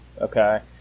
okay